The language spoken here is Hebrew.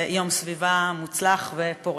יום סביבה מוצלח ופורה.